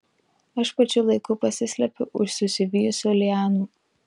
aš pačiu laiku pasislepiu už susivijusių lianų